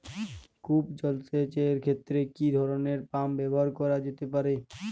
কূপ জলসেচ এর ক্ষেত্রে কি ধরনের পাম্প ব্যবহার করা যেতে পারে?